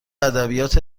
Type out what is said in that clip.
ادبیات